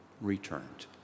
returned